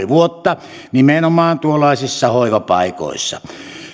vuotta nimenomaan tuollaisissa hoivapaikoissa